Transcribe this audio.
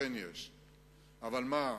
אבל מה,